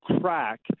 crack